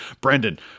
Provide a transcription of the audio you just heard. Brandon